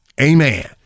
amen